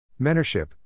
Mentorship